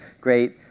great